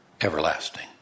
everlasting